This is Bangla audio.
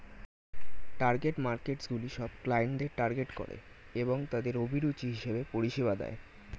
টার্গেট মার্কেটসগুলি সব ক্লায়েন্টদের টার্গেট করে এবং তাদের অভিরুচি হিসেবে পরিষেবা দেয়